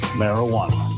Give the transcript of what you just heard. marijuana